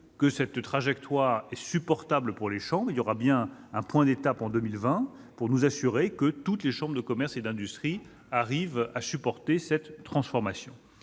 que la trajectoire prévue est supportable pour les chambres ; nous organiserons bien un point d'étape en 2020 pour nous assurer que toutes les chambres de commerce et d'industrie arrivent à supporter cette transformation.